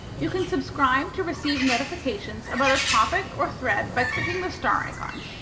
you can subscribe to receive notification about a topic or thread by clicking the star icon.